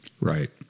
Right